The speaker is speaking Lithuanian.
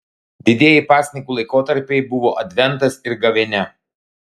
didieji pasninkų laikotarpiai buvo adventas ir gavėnia